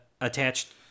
attached